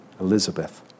Elizabeth